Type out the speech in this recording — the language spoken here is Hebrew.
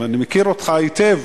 אני מכיר אותך היטב,